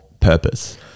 purpose